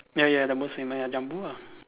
ya ya the most famous ya Jumbo ah